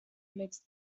mixed